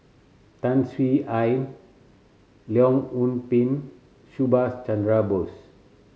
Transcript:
Tan Swie Leong Yoon Pin Subhas Chandra Bose